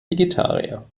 vegetarier